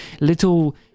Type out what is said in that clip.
Little